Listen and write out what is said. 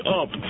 up